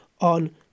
on